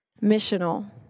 missional